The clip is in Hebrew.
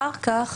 אחר כך